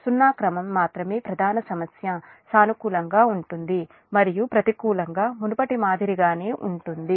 సున్నా క్రమం మాత్రమే ప్రధాన సమస్య సానుకూలంగా ఉంటుంది మరియు ప్రతికూలంగా మునుపటి మాదిరిగానే ఉంటుంది